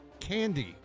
candy